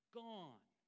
gone